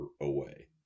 away